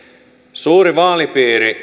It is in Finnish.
suuri vaalipiiri